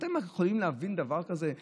אתם יכולים להבין דבר כזה,